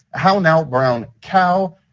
how now, brown cow.